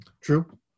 True